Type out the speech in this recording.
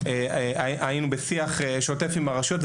היינו בשיח שוטף עם הרשויות,